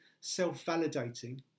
self-validating